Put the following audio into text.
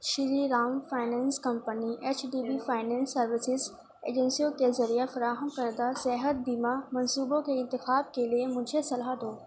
شری Ram finance company H D B finance services ایجنسیوں کے ذریعہ فراہم کردہ صحت بیمہ منصوبوں کے انتخاب کے لیے مجھے صلاح دو